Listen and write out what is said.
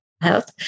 health